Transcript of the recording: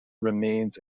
remains